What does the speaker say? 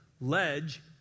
ledge